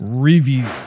Review